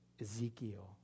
Ezekiel